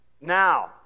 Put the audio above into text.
Now